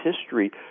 history